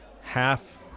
half